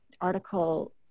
article